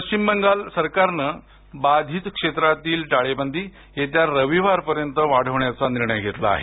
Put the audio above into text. पश्चिम बंगाल सरकारने बाधित क्षेत्रातील टाळेबंदी येत्या रविवार पर्यंत वाढवण्याचा निर्णय घेतला आहे